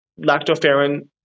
lactoferrin-